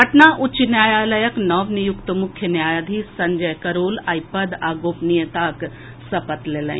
पटना उच्च न्यायालयक नव नियुक्त मुख्य न्यायाधीश संजय करोल आइ पद आ गोपनीयताक सपत लेलनि